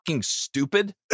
stupid